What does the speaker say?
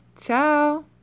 Ciao